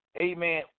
amen